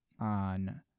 on